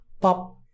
pop